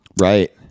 Right